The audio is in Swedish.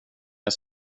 jag